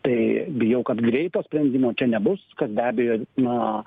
tai bijau kad greito sprendimo čia nebus kas be abejo na